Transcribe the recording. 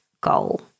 goal